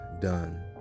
done